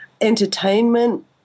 entertainment